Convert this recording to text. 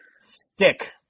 Stick